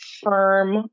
firm